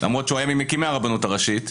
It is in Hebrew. למרות שהוא היה ממקימי הרבנות הראשית.